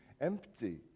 empty